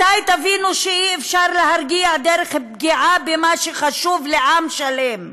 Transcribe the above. מתי תבינו שאי-אפשר להרגיע דרך פגיעה במה שחשוב לעם שלם,